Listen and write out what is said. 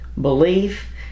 Belief